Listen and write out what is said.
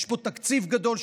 נדרש פה תקציב גדול,